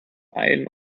ein